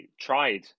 tried